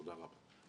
תודה רבה.